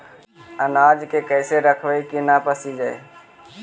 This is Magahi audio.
अनाज के कैसे रखबै कि न पसिजै?